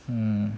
mm